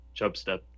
Chubstep